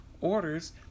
orders